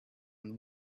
and